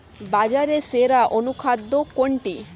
বাজারে সেরা অনুখাদ্য কোনটি?